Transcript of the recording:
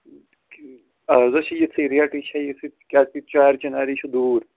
آز حظ چھِ یِتھٕے ریٹٕے چھے یِتھٕے کیٛازِ کہِ چار چِناری چھِ دوٗر